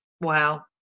wow